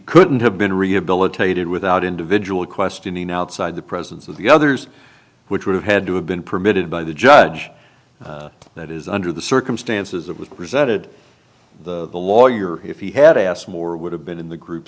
couldn't have been rehabilitated without individual questioning outside the presence of the others which would have had to have been permitted by the judge that is under the circumstances it was presented the lawyer if he had asked more would have been in the group